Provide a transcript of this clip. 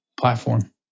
platform